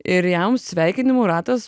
ir jam sveikinimų ratas